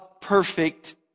perfect